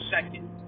second